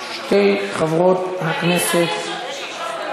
שתי חברות הכנסת לא נוכחות.